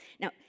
Now